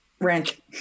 Rent